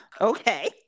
Okay